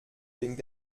blinkt